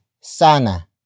sana